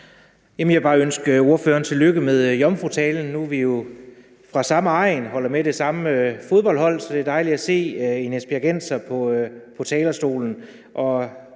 bare ønske ordføreren tillykke med jomfrutalen. Nu er vi jo fra samme egn og holder med det samme fodboldhold, så det er dejligt at se en esbjergenser på talerstolen.